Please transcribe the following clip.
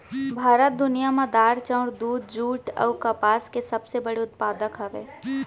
भारत दुनिया मा दार, चाउर, दूध, जुट अऊ कपास के सबसे बड़े उत्पादक हवे